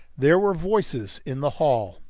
there were voices in the hall.